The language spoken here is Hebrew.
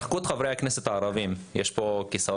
באשר